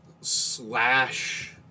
slash